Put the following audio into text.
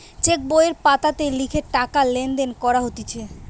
check বইয়ের পাতাতে লিখে টাকা লেনদেন করা হতিছে